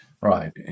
Right